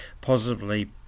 positively